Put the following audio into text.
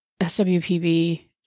SWPB